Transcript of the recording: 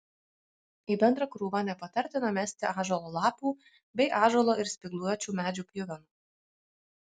į bendrą krūvą nepatartina mesti ąžuolo lapų bei ąžuolo ir spygliuočių medžių pjuvenų